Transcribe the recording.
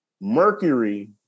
mercury